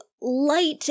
Light